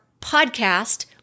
podcast